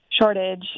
shortage